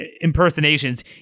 impersonations